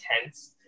intense